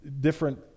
Different